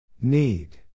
Need